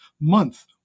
month